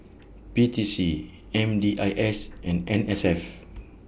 P T C M D I S and N S F